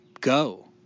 go